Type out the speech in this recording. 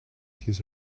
his